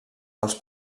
els